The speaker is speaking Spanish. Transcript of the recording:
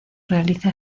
realiza